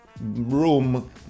room